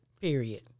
Period